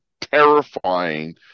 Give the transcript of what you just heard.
terrifying